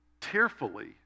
tearfully